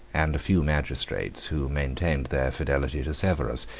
and a few magistrates, who maintained their fidelity to severus,